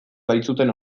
baitzuten